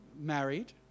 married